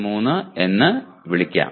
623 എന്ന് വിളിക്കാം